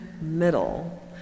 middle